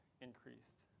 increased